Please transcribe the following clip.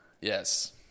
Yes